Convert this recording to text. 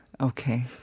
Okay